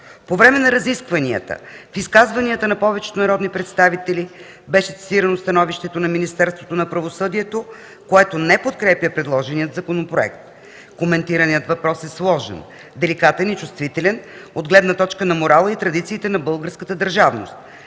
По време на разискванията, в изказванията на повечето народни представители, беше цитирано становището на Министерството на правосъдието, което не подкрепя предложения законопроект. Коментираният въпрос е сложен, деликатен и чувствителен от гледна точка на морала и традициите на българската държавност.